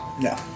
No